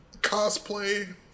cosplay